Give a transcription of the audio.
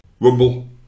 Rumble